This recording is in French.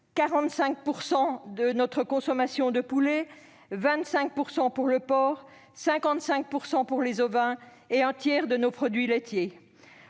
45 % de notre consommation de poulet, 25 % pour le porc, 55 % pour les ovins et un tiers de nos produits laitiers.